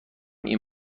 این